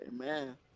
Amen